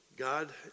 God